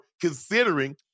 considering